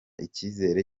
icyizere